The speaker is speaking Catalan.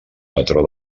patró